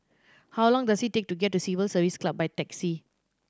how long does it take to get to Civil Service Club by taxi